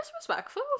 disrespectful